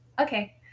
Okay